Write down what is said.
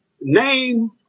name